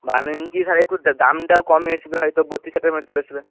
বাহান্ন ইঞ্চির দামটাও কমে আসবে হয়তো বত্তিরিশ ষাটের মধ্যে চলে আসবে